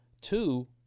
Two